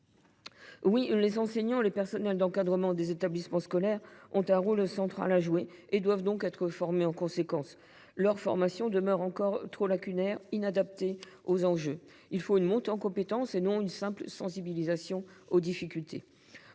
Oui, les enseignants et les personnels d’encadrement des établissements scolaires ont un rôle central à jouer. Ils doivent donc être formés en conséquence. Or leur formation demeure trop lacunaire et inadaptée aux enjeux. Une montée en compétences est nécessaire. Une simple sensibilisation aux difficultés